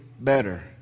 better